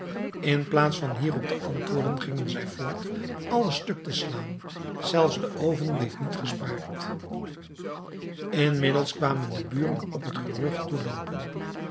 in plaats van hierop te antwoorden gingen zij voort alles stuk te slaan zelfs de oven bleef niet gespaard inmiddels kwamen de buren op het gerucht